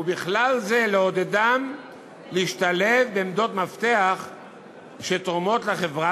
ובכלל זה לעודדם להשתלב בעמדות מפתח שתורמות לחברה